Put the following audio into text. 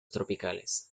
tropicales